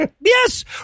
Yes